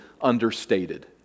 understated